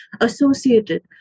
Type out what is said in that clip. associated